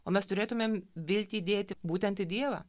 o mes turėtumėm viltį dėti būtent į dievą